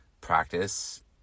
practice